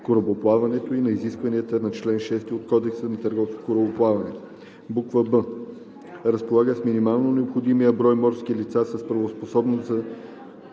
корабоплаването и на изискванията на чл. 6 от Кодекса на търговското корабоплаване; б) разполага с минимално необходимия брой морски лица с правоспособност за